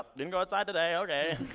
didn't go outside today, okay.